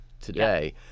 today